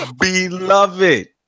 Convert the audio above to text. Beloved